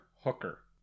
Hooker